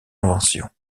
invention